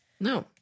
No